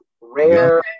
Rare